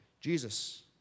Jesus